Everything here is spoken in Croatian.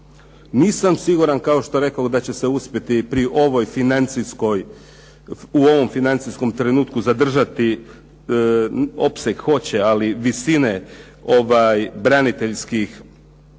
Nisam siguran, kao što rekoh, da će se uspjeti u ovom financijskom trenutku zadržati, opseg hoće, ali visine braniteljskih